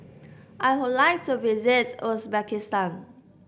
I would like to visit Uzbekistan